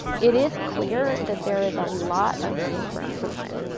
it is clear that there is a lot of room for improvement.